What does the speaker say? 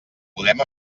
podem